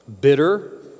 bitter